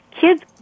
kids